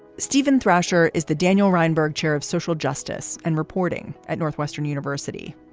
steven thrasher is the daniel breinberg chair of social justice and reporting at northwestern university.